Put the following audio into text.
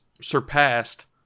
surpassed